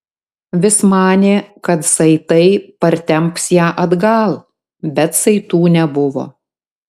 vis manė kad saitai partemps ją atgal bet saitų nebuvo